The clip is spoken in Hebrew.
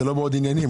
זה לא בעוד עניינים,